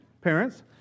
parents